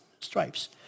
stripes